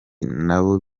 nabo